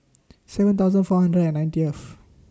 seven thousand four hundred and ninetieth